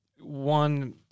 one